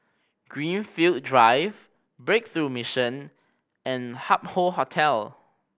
Greenfield Drive Breakthrough Mission and Hup Hoe Hotel